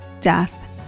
death